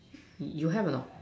you have a not